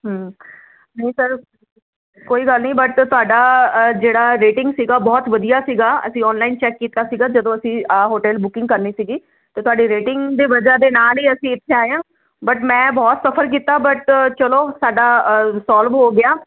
ਨੀ ਸਰ ਕੋਈ ਗੱਲ ਨਹੀਂ ਬਟ ਤੁਹਾਡਾ ਜਿਹੜਾ ਰੇਟਿੰਗ ਸੀਗਾ ਬਹੁਤ ਵਧੀਆ ਸੀਗਾ ਅਸੀਂ ਆਨਲਾਈਨ ਚੈੱਕ ਕੀਤਾ ਸੀਗਾ ਜਦੋਂ ਅਸੀਂ ਹੋਟਲ ਬੁਕਿੰਗ ਕਰਨੀ ਸੀਗੀ ਤੇ ਤੁਹਾਡੇ ਰੇਟਿੰਗ ਦੇ ਵਜਹਾ ਦੇ ਨਾਲ ਹੀ ਅਸੀਂ ਇੱਥੇ ਆਏ ਆਂ ਬਟ ਮੈਂ ਬਹੁਤ ਸਫਰ ਕੀਤਾ ਬਟ ਚਲੋ ਸਾਡਾ ਸੋਲਵ ਹੋ ਗਿਆ